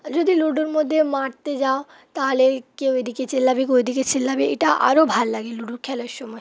যদি লুডোর মধ্যে মারতে যাও তাহলে কেউ এদিকে চিল্লাবে কেউ ওইদিকে চিল্লাবে এটা আরও ভালো লাগে লুডো খেলার সময়